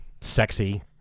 Sexy